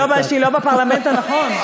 שהיא לא בפרלמנט הנכון.